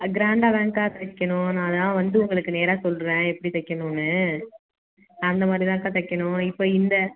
ஆ க்ராண்ட்டாக தான்க்கா தைக்கணும் நான் அதெல்லாம் வந்து உங்களுக்கு நேராக சொல்லுறேன் எப்படி தைக்கணுன்னு அந்தமாதிரி தான்க்கா தைக்கணும் இப்போ இந்த